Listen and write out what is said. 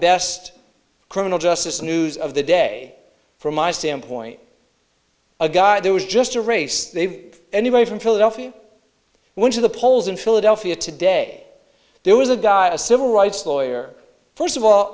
best criminal justice news of the day from my standpoint a guy that was just a race they anybody from philadelphia went to the polls in philadelphia today there was a guy a civil rights lawyer first of all